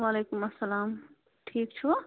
وَعلیکُم اسَلام ٹھیٖک چھُوٕ